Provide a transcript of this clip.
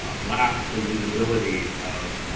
ah lack the visibility of